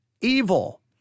evil